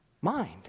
mind